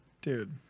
dude